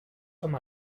com